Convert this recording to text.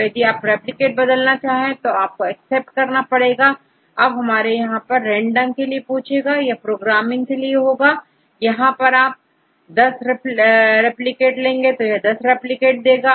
तो यदि आप रिप्लिकेट बदलना चाहे तो आपको एक्सेप्ट करना पड़ेगा अब आपसे यह रैंडम के लिए पूछेगा यह प्रोग्रामिंग के लिए होगा यदि आप यहां10 रिप्लिकेट लेंगे तो यहां10 रिप्लिकेट दे देगा